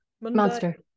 Monster